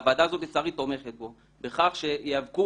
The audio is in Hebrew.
והוועדה הזו לצערי תומכת בו בכך שיאבקו